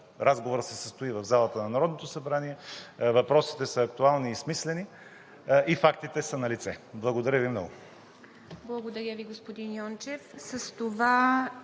разговорът се състои в залата на Народното събрание, въпросите са актуални и смислени и фактите са налице. Благодаря Ви много.